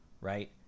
Right